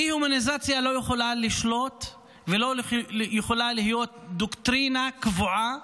דה-הומניזציה לא יכולה לשלוט ולא יכולה להיות דוקטרינה קבועה